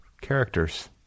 characters